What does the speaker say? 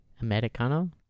Americano